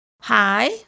Hi